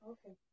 Okay